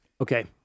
Okay